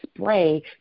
spray